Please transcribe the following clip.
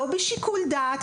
לא בשיקול דעת,